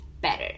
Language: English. better